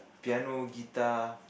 piano guitar